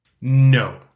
No